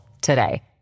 today